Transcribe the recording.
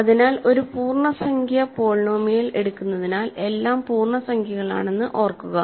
അതിനാൽ ഒരു പൂർണ്ണസംഖ്യ പോളിനോമിയൽ എടുക്കുന്നതിനാൽ എല്ലാം പൂർണ്ണസംഖ്യകളാണെന്ന് ഓർക്കുക